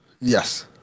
Yes